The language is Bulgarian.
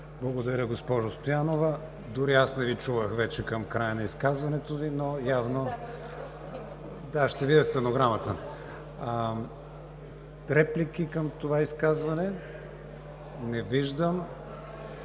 Благодаря, госпожо Стоянова. Дори и аз не Ви чувах вече към края на изказването, но явно ще видя стенограмата. Реплики към това изказване? Не виждам.